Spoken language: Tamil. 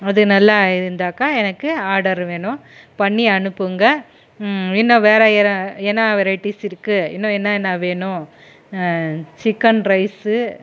அது நல்லா இருந்தாக்கா எனக்கு ஆடர் வேணும் பண்ணி அனுப்புங்கள் இன்னும் வேற என்ன வெரைட்டிஸ் இருக்குது இன்னும் என்னென்ன வேணும் சிக்கன் ரைஸு